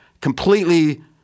completely